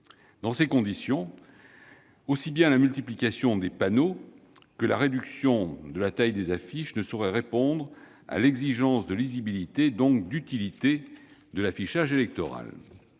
Dans ces conditions, aussi bien la multiplication des panneaux que la réduction de la taille des affiches ne sauraient répondre à l'exigence de lisibilité, donc d'utilité, de l'affichage électoral.